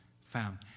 found